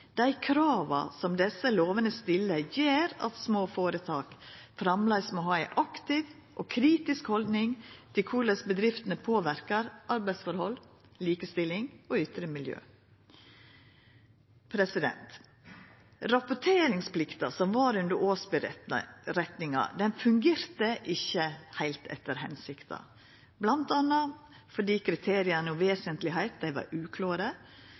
Dei krava som desse lovene stiller, gjer at små føretak framleis må ha ei aktiv og kritisk haldning til korleis bedriftene påverkar arbeidsforhold, likestilling og ytre miljø. Rapporteringsplikta som var under årsmeldinga, fungerte ikkje heilt etter hensikta, bl.a. fordi kriteria om vesentlegheit var uklåre.